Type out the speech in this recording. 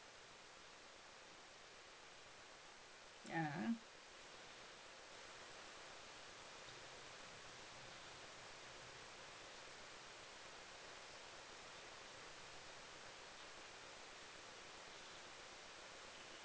yeah